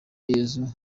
yesu